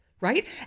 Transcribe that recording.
right